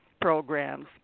programs